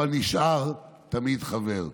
אבל נשאר תמיד חבר.